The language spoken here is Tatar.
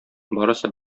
барысы